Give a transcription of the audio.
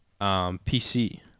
PC